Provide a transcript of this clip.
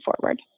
forward